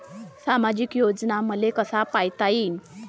सामाजिक योजना मले कसा पायता येईन?